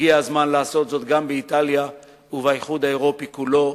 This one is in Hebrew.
הגיע הזמן לעשות זאת גם באיטליה ובאיחוד האירופי כולו,